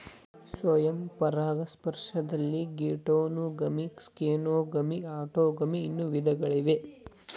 ಸ್ವಯಂ ಪರಾಗಸ್ಪರ್ಶದಲ್ಲಿ geitonogamy, xenogamy, autogamy ಅನ್ನೂ ವಿಧಗಳಿವೆ